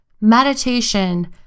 meditation